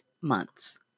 months